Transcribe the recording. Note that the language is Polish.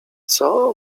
coo